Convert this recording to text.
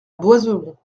boisemont